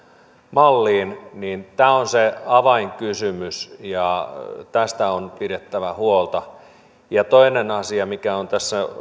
malliin on se avainkysymys ja tästä on pidettävä huolta toinen asia mikä on tässä